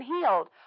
healed